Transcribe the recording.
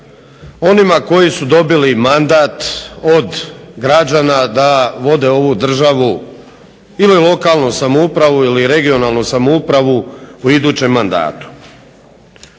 onima koji su dobili mandat od građana da vode ovu državu ili lokalnu samoupravu ili regionalnu samoupravu u idućem mandatu.